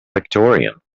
victorian